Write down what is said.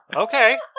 okay